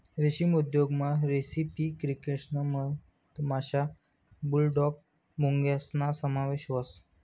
रेशीम उद्योगमा रेसिपी क्रिकेटस मधमाशा, बुलडॉग मुंग्यासना समावेश व्हस